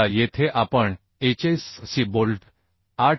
आता येथे आपण HSFC बोल्ट 8